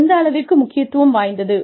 எந்தளவிற்கு முக்கியத்துவம் வாய்ந்தது